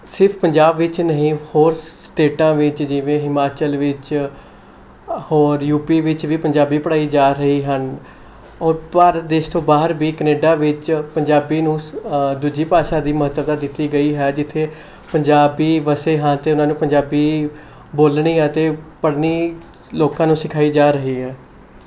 ਸਿਰਫ ਪੰਜਾਬ ਵਿੱਚ ਨਹੀਂ ਹੋਰ ਸਟੇਟਾਂ ਵਿੱਚ ਜਿਵੇਂ ਹਿਮਾਚਲ ਵਿੱਚ ਹੋਰ ਯੂਪੀ ਵਿੱਚ ਵੀ ਪੰਜਾਬੀ ਪੜ੍ਹਾਈ ਜਾ ਰਹੀ ਹਨ ਔਰ ਭਾਰਤ ਦੇਸ਼ ਤੋਂ ਬਾਹਰ ਵੀ ਕਨੇਡਾ ਵਿੱਚ ਪੰਜਾਬੀ ਨੂੰ ਸ ਦੂਜੀ ਭਾਸ਼ਾ ਦੀ ਮਹੱਤਤਾ ਦਿੱਤੀ ਗਈ ਹੈ ਜਿੱਥੇ ਪੰਜਾਬੀ ਵਸੇ ਹਾਂ ਅਤੇ ਉਹਨਾਂ ਨੂੰ ਪੰਜਾਬੀ ਬੋਲਣੀ ਅਤੇ ਪੜ੍ਹਨੀ ਲੋਕਾਂ ਨੂੰ ਸਿਖਾਈ ਜਾ ਰਹੀ ਹੈ